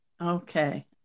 Okay